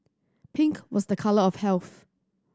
pink was the colour of health